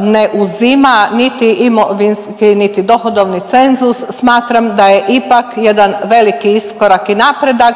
ne uzima niti imovinski, niti dohodovni cenzus, smatram da je ipak jedan veliki iskorak i napredak